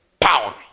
Power